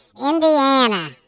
Indiana